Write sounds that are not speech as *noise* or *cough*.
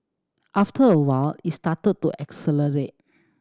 after a while it started to *unintelligible*